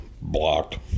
blocked